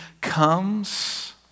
comes